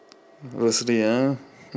ah